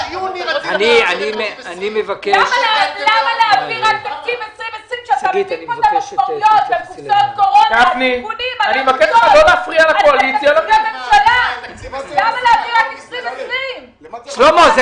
למה להביא רק את תקציב 2020 ------ שלמה,